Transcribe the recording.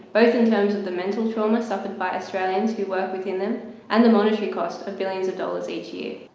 both in terms of the mental trauma suffered by australians who work within them and the monetary cost of billions of dollars each year.